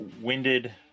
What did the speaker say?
winded